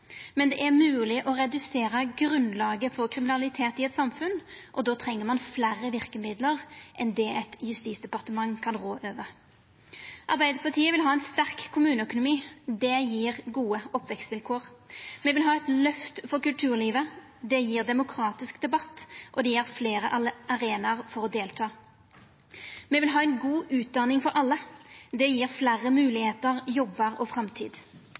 men det er mogleg å redusera grunnlaget for kriminalitet i eit samfunn. Då treng ein fleire verkemiddel enn det eit justisdepartement kan rå over. Arbeidarpartiet vil ha ein sterk kommuneøkonomi, det gjev gode oppvekstvilkår. Me vil ha eit lyft for kulturlivet, det gjev demokratisk debatt, og det gjev fleire arenaer for å delta. Me vil ha ei god utdaning for alle. Det gjev fleire moglegheiter, jobbar og framtid.